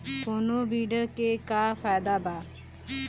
कौनो वीडर के का फायदा बा?